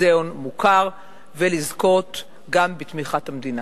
מוזיאון מוכר, ולזכות גם בתמיכת המדינה.